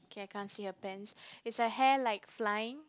K I can't see her pants is her hair like flying